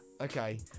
Okay